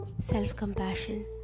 self-compassion